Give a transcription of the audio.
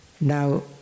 Now